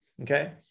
Okay